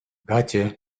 gotcha